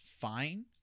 fine